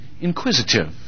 inquisitive